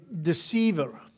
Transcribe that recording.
deceiver